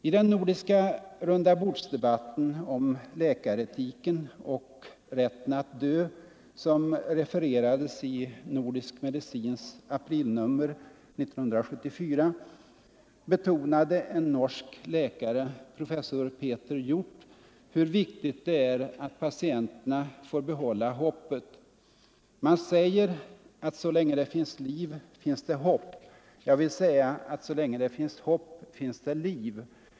I den nordiska rundabordsdebatten om läkaretiken och ”rätten att dö”, som refererades i Nordisk Medicins aprilnummer 1974, betonade en norsk läkare, professor Peter Hjort, hur viktigt det är att patienterna får behålla hoppet: ”Man säger att så länge det finns liv, finns det hopp. Jag vill säga att så länge det finns hopp, finns det liv.